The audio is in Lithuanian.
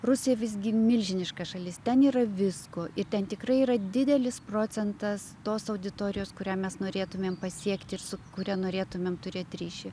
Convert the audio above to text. rusija visgi milžiniška šalis ten yra visko ir ten tikrai yra didelis procentas tos auditorijos kurią mes norėtumėm pasiekti ir su kuria norėtumėm turėti ryšį